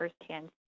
firsthand